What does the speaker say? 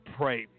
pray